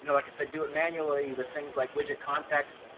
you know like i said, do it manually with things like widget context,